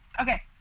Okay